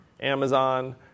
Amazon